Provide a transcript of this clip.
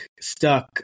stuck